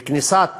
לכניסת